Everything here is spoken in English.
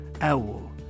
owl